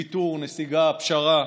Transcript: ויתור, נסיגה, פשרה,